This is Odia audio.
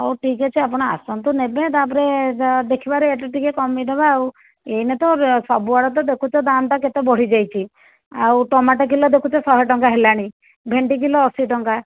ହଉ ଠିକ୍ଅଛି ଆପଣ ଆସନ୍ତୁ ନେବେ ତାପରେ ଯା ଦେଖିବା ରେଟ୍ ଟିକିଏ କମାଇଦବା ଆଉ ଏଇନେ ତ ସବୁଆଡ଼େ ତ ଦେଖୁଛ ଦାମ୍ ଟା କେତେ ବଢ଼ିଯାଇଛି ଆଉ ଟମାଟ କିଲୋ ଦେଖୁଛ ଶହେଟଙ୍କା ହେଲାଣି ଭେଣ୍ଡି କିଲୋ ଅଶୀ ଟଙ୍କା